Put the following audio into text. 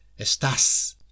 estás